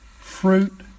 fruit